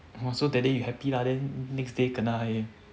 oh so that day you happy lah then next day kena already